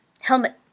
Helmet